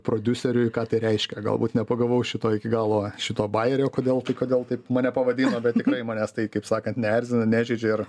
prodiuseriui ką tai reiškia galbūt nepagavau šito iki galo šito bajerio kodėl tai kodėl taip mane pavadino bet tikrai manęs tai kaip sakant neerzina nežeidžia ir